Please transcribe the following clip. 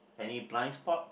any blind spot